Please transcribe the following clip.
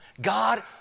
God